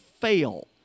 fail